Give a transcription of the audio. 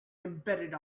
embedded